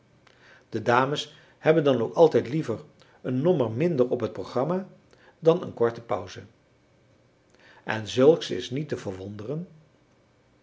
de dames hebben dan ook altijd liever een nommer minder op het programma dan een korte pauze en zulks is niet te verwonderen